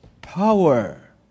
power